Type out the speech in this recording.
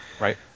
Right